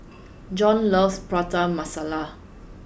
Jon loves Prata Masala